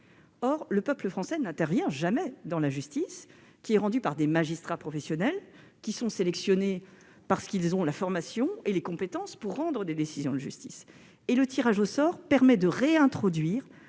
nom du peuple français, lequel n'intervient jamais dans la justice, qui est rendue par des magistrats professionnels, sélectionnés parce qu'ils ont la formation et les compétences pour rendre des décisions de justice. Le tirage au sort permet de réintroduire